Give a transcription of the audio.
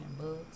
bugs